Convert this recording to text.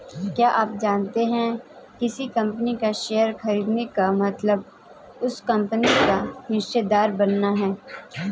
क्या आप जानते है किसी कंपनी का शेयर खरीदने का मतलब उस कंपनी का हिस्सेदार बनना?